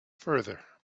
further